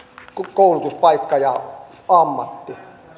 koulutuspaikka ja ammatti